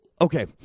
okay